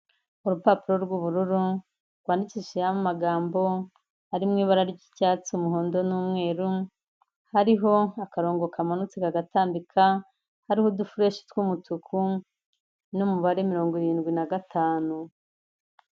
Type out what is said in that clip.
Urupapuro r'ubururu rwandikishijeho amagambo , ari mu ibara ry'icyatsi, umuhondo, n'umweru, hariho nk'akarongo kamanutse kagatambika, hariho udufureshi tw'umutuku, n'umubare mirongo irindwi na gatanu.